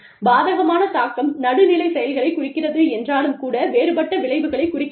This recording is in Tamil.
பாதகமான தாக்கம் நடுநிலை செயல்களைக் குறிக்கிறது என்றாலும் கூட வேறுபட்ட விளைவுகளைக் குறிக்கிறது